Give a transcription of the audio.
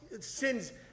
sins